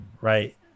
right